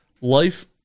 Life